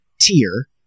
tier